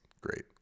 great